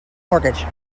mortgage